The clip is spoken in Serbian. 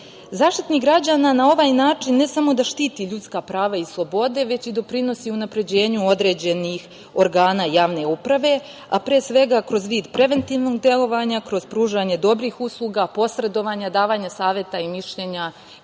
građana na ovaj način ne samo da štiti ljudska prava i slobode, već i doprinosi unapređenju određenih organa javne uprave, a pre svega kroz vid preventivnog delovanja kroz pružanje dobrih usluga, posredovanje, davanje saveta i mišljenja